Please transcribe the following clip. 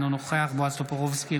אינו נוכח בועז טופורובסקי,